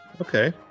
Okay